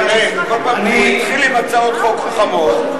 הוא התחיל עם הצעות חוק חכמות,